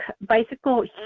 bicycle